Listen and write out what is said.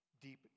deep